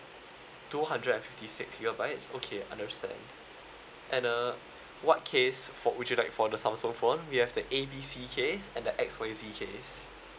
two hundred and fifty six gigabytes okay understand and uh what case for would you like for the Samsung phone we have the A B C case and the X Y Z case